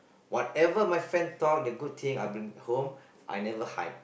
whatever my friend talk the good thing I bring home I never hide